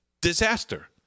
disaster